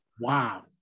Wow